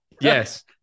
Yes